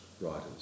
writers